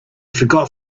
forgot